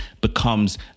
becomes